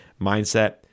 mindset